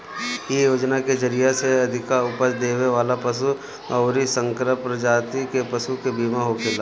इ योजना के जरिया से अधिका उपज देवे वाला पशु अउरी संकर प्रजाति के पशु के बीमा होखेला